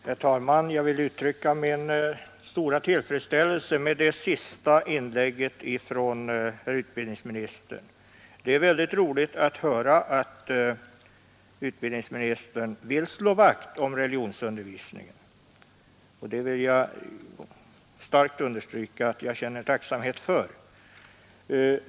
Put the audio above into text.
Herr talman! Jag vill uttrycka min stora tillfredsställelse med det senaste inlägget från utbildningsministern. Det är väldigt roligt att höra att utbildningsministern vill slå vakt om religionsundervisningen, och jag vill kraftigt understryka att jag känner tacksamhet för det.